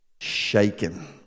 shaken